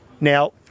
Now